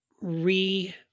re